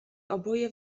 oboje